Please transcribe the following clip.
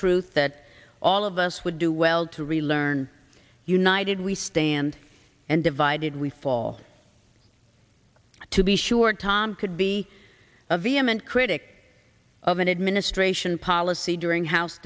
truth that all of us would do well to really learn united we stand and divided we fall to be sure tom could be a vehement critic of an administration policy during house